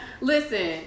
Listen